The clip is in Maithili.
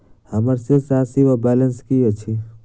हम्मर शेष राशि वा बैलेंस की अछि?